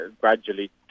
gradually